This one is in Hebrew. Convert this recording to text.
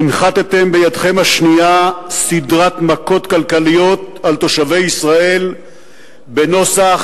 הנחתם בידכם השנייה סדרת מכות כלכליות על תושבי ישראל בנוסח: